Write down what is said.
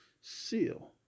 Seal